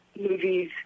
movies